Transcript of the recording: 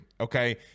okay